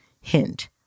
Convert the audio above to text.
Hint